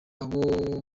abo